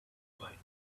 boy